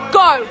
go